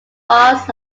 bars